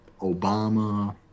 Obama